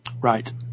right